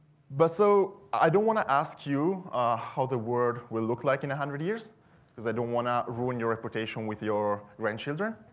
but so i don't wanna ask you how the world will look like in a one hundred years cause i don't wanna ruin your reputation with your grandchildren.